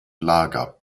lager